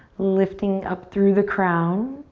lifting up through the crown.